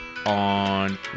on